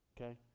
okay